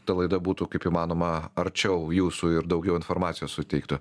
ta laida būtų kaip įmanoma arčiau jūsų ir daugiau informacijos suteiktų